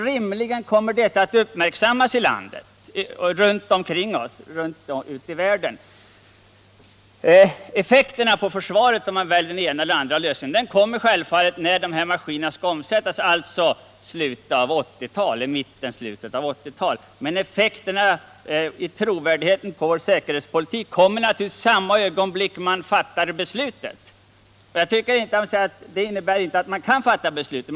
Rimligen kommer detta att uppmärksammas ute i världen. Effekterna på försvaret, om vi väljer den ena eller andra lösningen, kommer självfallet när dessa maskiner skall omsättas, alltså i mitten eller slutet av 1980-talet. Men effekterna på trovärdigheten i vår säkerhetspolitik kommer i samma ögonblick som vi fattar beslutet. Det innebär inte att man inte kan fatta beslutet.